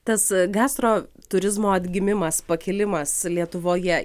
tas gastro turizmo atgimimas pakilimas lietuvoje